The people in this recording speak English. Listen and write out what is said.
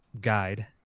guide